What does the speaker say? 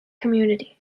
community